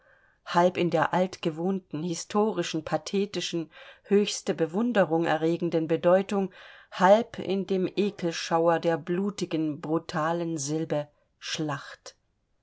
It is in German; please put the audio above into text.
halb in der altgewohnten historischen pathetischen höchste bewunderung erregenden bedeutung halb in dem ekelschauer der blutigen brutalen silbe schlacht